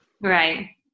Right